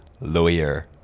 lawyer